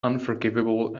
unforgivable